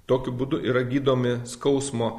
tokiu būdu yra gydomi skausmo